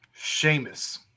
Seamus